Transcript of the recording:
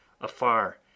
afar